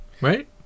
right